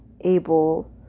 able